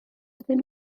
ydym